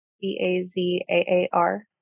B-A-Z-A-A-R